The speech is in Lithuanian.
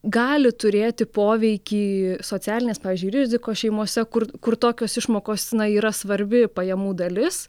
gali turėti poveikį socialinės pavyzdžiui rizikos šeimose kur kur tokios išmokos na yra svarbi pajamų dalis